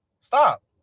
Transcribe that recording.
Stop